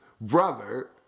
brother